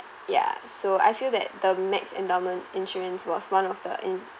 ya so I feel that the max endowment insurance was one of the